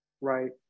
right